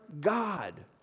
God